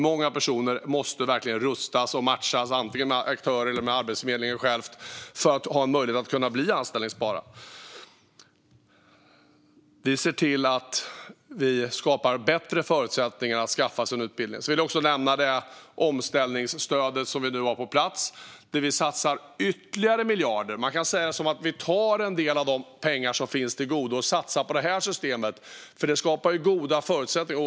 Många personer måste rustas och matchas, antingen med aktörer eller med Arbetsförmedlingen själv, för att kunna bli anställbara. Vi ser till att skapa bättre förutsättningar att skaffa sig en utbildning. Låt mig också nämna det omställningsstöd vi har fått på plats. Här satsar vi ytterligare miljarder. Man kan säga att vi tar en del av de pengar som finns till godo och satsar på detta system, för det skapar goda förutsättningar.